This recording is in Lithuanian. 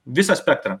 visą spektrą